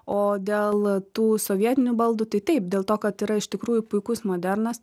o dėl tų sovietinių baldų tai taip dėl to kad yra iš tikrųjų puikus modernas